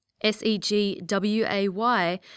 S-E-G-W-A-Y